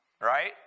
right